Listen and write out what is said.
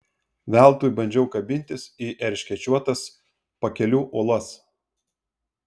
veltui bandžiau kabintis į erškėčiuotas pakelių uolas